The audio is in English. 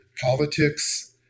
politics